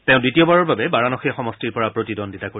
তেওঁ দ্বিতীয়বাৰৰ বাবে বাৰানসী সমষ্টিৰ পৰা প্ৰতিদ্বন্দ্বিতা কৰিব